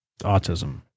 autism